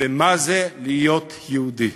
ומה זה להיות יהודי